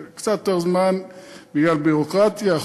קצת יותר זמן בגלל ביורוקרטיה,